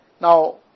Now